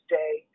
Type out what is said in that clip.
day